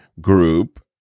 group